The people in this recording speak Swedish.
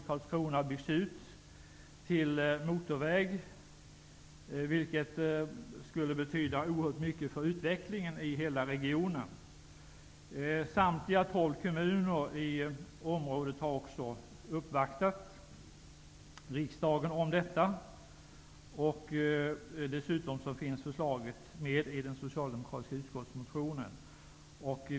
Karlskrona byggs ut till motorväg. Det skulle betyda oerhört mycket för utvecklingen i hela regionen. Samtliga 12 kommuner i området har också uppvaktat riksdagen om detta. Förslaget finns dessutom med i den socialdemokratiska utskottsmotionen.